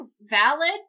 valid